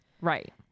Right